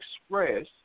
express